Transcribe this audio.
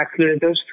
accelerators